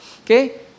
okay